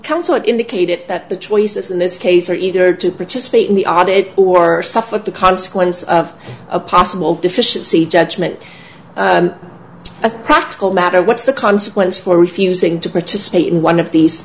counsel indicated that the choices in this case are either to participate in the audit or suffer the consequence of a possible deficiency judgment as a practical matter what's the consequence for refusing to participate in one of these